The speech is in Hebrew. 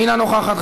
אינה נוכחת,